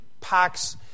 packs